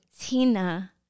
Tina